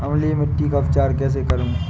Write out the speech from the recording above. अम्लीय मिट्टी का उपचार कैसे करूँ?